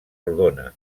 rodona